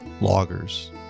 loggers